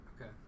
Okay